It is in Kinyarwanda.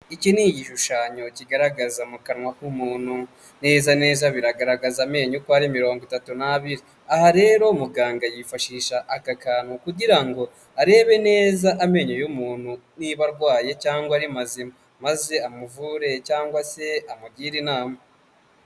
Iki ni igishushanyo kigaragaza mu kanwa k'umuntu, neza neza biragaragaza amenyo uko ari mirongo itatu n'abiri. Aha rero muganga yifashisha aka kantu kugira ngo arebe neza amenyo y'umuntu niba arwaye cyangwa ari mazima, maze amuvure cyangwa se amugire inama.